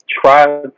try